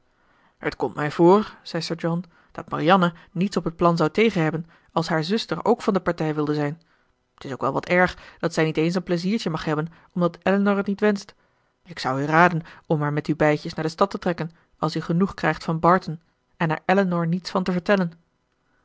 t komt mij voor zei sir john dat marianne niets op het plan zou tegen hebben als haar zuster ook van de partij wilde zijn t is ook wel wat erg dat zij niet eens een pleiziertje mag hebben omdat elinor het niet wenscht ik zou u raden om maar met u beitjes naar de stad te trekken als u genoeg krijgt van barton en er elinor niets van te vertellen